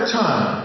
time